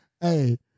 Hey